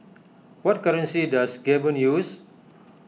what currency does Gabon use